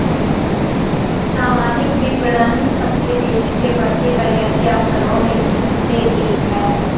सामाजिक विपणन सबसे तेजी से बढ़ते करियर के अवसरों में से एक है